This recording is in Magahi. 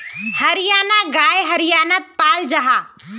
हरयाना गाय हर्यानात पाल जाहा